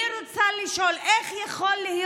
אני רוצה לשאול: איך יכול להיות?